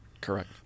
Correct